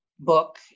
book